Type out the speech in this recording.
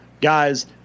guys